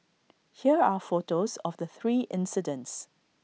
here are photos of the three incidents